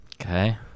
okay